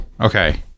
Okay